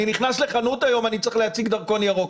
אני נכנס לחנות היום, אני צריך להציג דרכון ירוק.